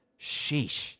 Sheesh